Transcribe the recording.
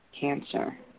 Cancer